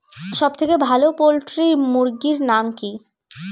সবথেকে ভালো পোল্ট্রি মুরগির নাম কি?